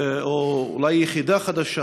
או אולי יחידה חדשה,